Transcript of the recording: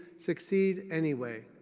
succeed anyway.